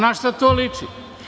Na šta to liči.